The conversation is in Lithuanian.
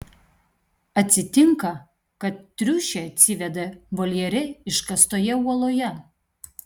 atsitinka kad triušė atsiveda voljere iškastoje uoloje